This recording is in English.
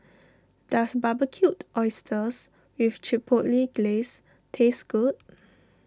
does Barbecued Oysters with Chipotle Glaze taste good